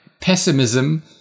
pessimism